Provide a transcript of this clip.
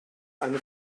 eine